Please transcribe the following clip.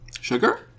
Sugar